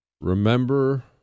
Remember